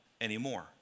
anymore